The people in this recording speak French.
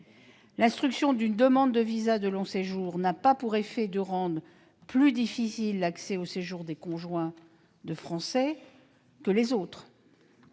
L'instruction d'une demande de visa de long séjour n'a pas pour effet de rendre l'accès au séjour des conjoints de Français plus